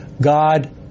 God